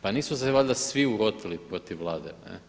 Pa nisu se valjda svi urotili protiv Vlade?